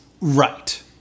Right